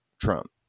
Trump